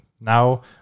now